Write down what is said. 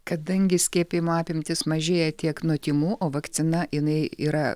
kadangi skiepijimo apimtys mažėja tiek nuo tymų o vakcina jinai yra